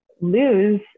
lose